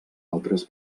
altres